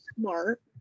smart